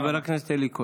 חבר הכנסת אלי כהן,